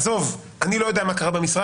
עזוב, אני לא יודע מה קרה במשרד.